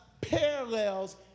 parallels